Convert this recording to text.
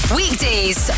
weekdays